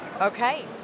okay